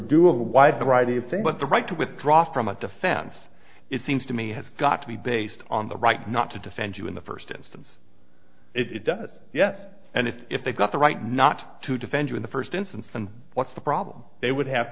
do a wide variety of things but the right to withdraw from a defense it seems to me has got to be based on the right not to defend you in the first instance it does yes and if if they got the right not to defend you in the first instance and what's the problem they would have